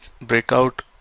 breakout